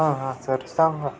हां हां सर सांगा